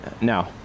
No